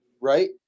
Right